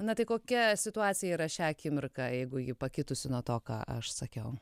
na tai kokia situacija yra šią akimirką jeigu ji pakitusi nuo to ką aš sakiau